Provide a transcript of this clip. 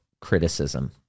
criticism